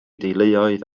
deuluoedd